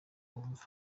bumva